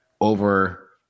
over